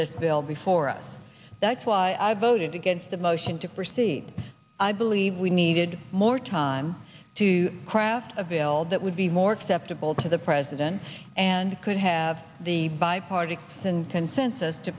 this bill before us that's why i voted against the motion to proceed i believe we needed more time to craft a bill that would be more acceptable to the president and could have the buy party and consensus to